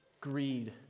greed